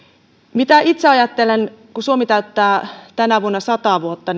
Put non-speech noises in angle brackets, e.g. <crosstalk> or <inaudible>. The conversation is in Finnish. mitä itse ajattelen kun suomi täyttää tänä vuonna sata vuotta <unintelligible>